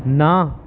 ਨਾ